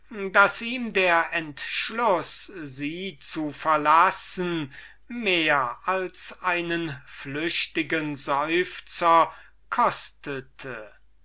daß ihn der entschluß sie zu verlassen mehr als einen flüchtigen seufzer kostete